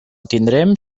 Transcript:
tindrem